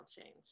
change